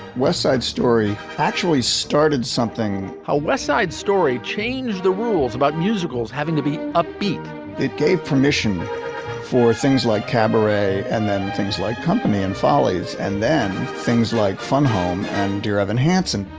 west side story actually started something. how west side story changed the rules about musicals having to be upbeat that gave permission for things like cabaret and then things like company and follies and then things like fun home and dear evan hansen,